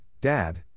Dad